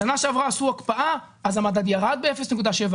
בשנה שעברה עשו הקפאה, אז המדד ירד ב-0.7%.